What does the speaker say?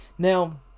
Now